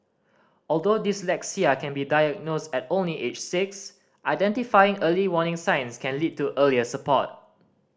although dyslexia can be diagnosed only at age six identifying early warning signs can lead to earlier support